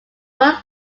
both